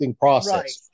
process